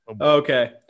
okay